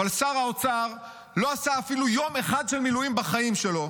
אבל שר האוצר לא עשה אפילו יום אחד של מילואים בחיים שלו,